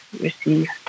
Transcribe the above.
received